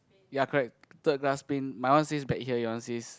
ya correct third glass paint my one says back here your one says